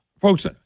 folks